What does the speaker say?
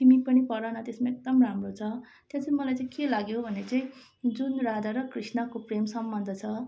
तिमी पनि पढ न त्यसमा एकदम राम्रो छ त्यहाँ चाहिँ मलाई चाहिँ के लाग्यो भने चाहिँ जुन राधा र कृष्णको प्रेम सम्बन्ध छ